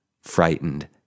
frightened